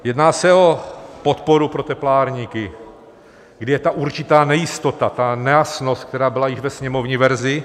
Jedná se o podporu pro teplárníky, kdy je určitá nejistota, ta nejasnost, která byla již ve sněmovní verzi.